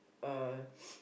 uh